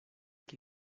qui